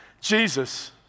Jesus